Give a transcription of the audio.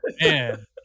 Man